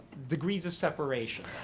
degrees of separation.